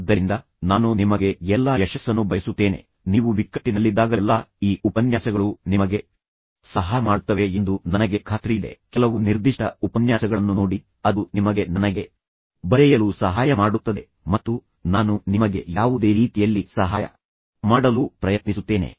ಆದ್ದರಿಂದ ನಾನು ನಿಮಗೆ ಎಲ್ಲಾ ಯಶಸ್ಸನ್ನು ಬಯಸುತ್ತೇನೆ ನೀವು ಬಿಕ್ಕಟ್ಟಿನಲ್ಲಿದ್ದಾಗಲೆಲ್ಲಾ ಈ ಉಪನ್ಯಾಸಗಳು ನಿಮಗೆ ಸಹಾಯ ಮಾಡುತ್ತವೆ ಎಂದು ನನಗೆ ಖಾತ್ರಿಯಿದೆ ಕೆಲವು ನಿರ್ದಿಷ್ಟ ಉಪನ್ಯಾಸಗಳನ್ನು ನೋಡಿ ಅದು ನಿಮಗೆ ನನಗೆ ಬರೆಯಲು ಸಹಾಯ ಮಾಡುತ್ತದೆ ಮತ್ತು ನಾನು ನಿಮಗೆ ಯಾವುದೇ ರೀತಿಯಲ್ಲಿ ಸಹಾಯ ಮಾಡಲು ಪ್ರಯತ್ನಿಸುತ್ತೇನೆ